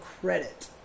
credit